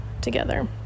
together